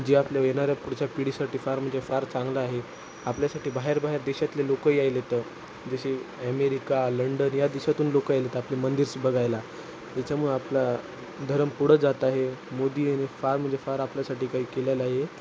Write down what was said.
जी आपल्या येणाऱ्या पुढच्या पिढीसाठी फार म्हणजे फार चांगला आहे आपल्यासाठी बाहेर बाहेर देशातले लोकंही यायलेत जशी ॲमेरिका लंडन या देशातून लोकं यायलेत आपले मंदिर्स बघायला त्याच्यामुळं आपला धर्म पुढं जात आहे मोदीने फार म्हणजे फार आपल्यासाठी काही केलेलं आहे